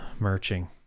Merching